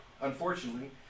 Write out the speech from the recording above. Unfortunately